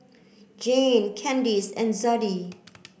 Jeanne Candyce and Zadie